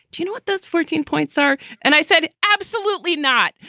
you know what those fourteen points are? and i said, absolutely not.